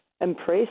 Impressed